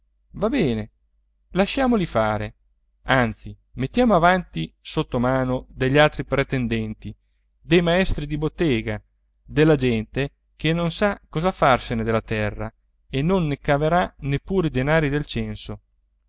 va bene lasciamoli fare anzi mettiamo avanti sottomano degli altri pretendenti dei maestri di bottega della gente che non sa cosa farsene della terra e non ne caverà neppure i denari del censo